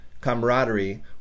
camaraderie